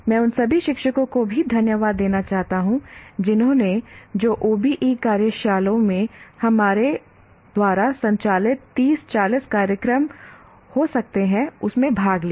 मैं उन सभी शिक्षकों को भी धन्यवाद देना चाहता हूं जिन्होंने जो OBE कार्यशालाओं में हमारे द्वारा संचालित 30 40 कार्यक्रम हो सकते हैं उसमें भाग लिया